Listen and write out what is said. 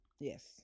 Yes